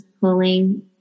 pulling